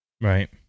Right